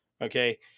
Okay